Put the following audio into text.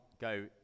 go